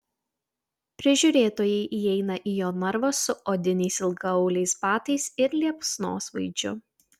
prižiūrėtojai įeina į jo narvą su odiniais ilgaauliais batais ir liepsnosvaidžiu